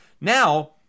Now